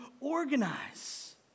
organize